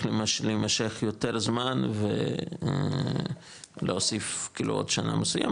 להימשך יותר זמן ולהוסיף עוד שנה מסוימת,